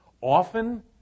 often